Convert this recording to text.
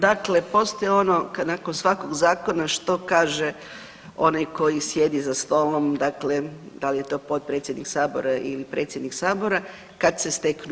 Dakle, postoji ono nakon svakog zakona što kaže onaj koji sjedi za stolom, dakle da li je to potpredsjednik sabora ili predsjednik sabora, kad se steknu